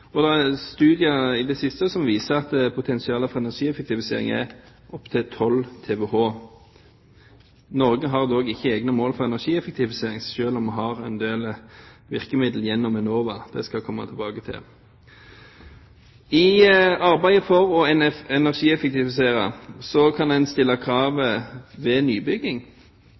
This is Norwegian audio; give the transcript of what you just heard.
Og det er studier i det siste som viser at potensialet for energieffektivisering er opptil 12 TWh. Norge har dog ikke egne mål for energieffektivisering, selv om vi har en del virkemidler gjennom Enova. Det skal jeg komme tilbake til. I arbeidet for å energieffektivisere kan en stille krav ved nybygging.